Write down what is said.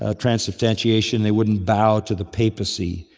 ah transubstantiation, they wouldn't bow to the papacy.